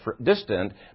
distant